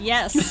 Yes